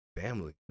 family